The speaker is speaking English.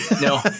No